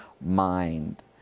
mind